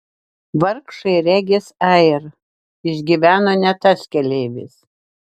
vargšai regis air išgyveno ne tas keleivis